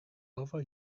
over